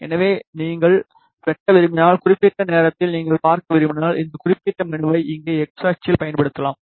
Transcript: எனவே நீங்கள் வெட்ட விரும்பினால் குறிப்பிட்ட நேரத்தில் நீங்கள் பார்க்க விரும்பினால் இந்த குறிப்பிட்ட மெனுவை இங்கே x அச்சில் பயன்படுத்தலாம்